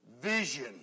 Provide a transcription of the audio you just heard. vision